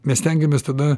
mes stengiamės tada